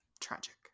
Tragic